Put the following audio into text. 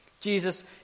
Jesus